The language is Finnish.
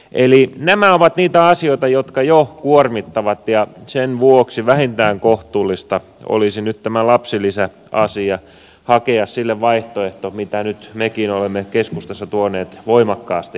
eli nämä ovat niitä asioita jotka jo kuormittavat ja sen vuoksi vähintään kohtuullista olisi nyt hakea tälle lapsilisäasialle vaihtoehto mitä nyt mekin olemme keskustassa tuoneet voimakkaasti esiin